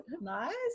Nice